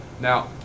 Now